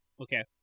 Okay